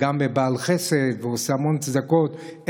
וגם בעל חסד ועושה המון צדקות,